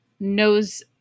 knows